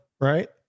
right